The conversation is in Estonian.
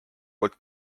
poolt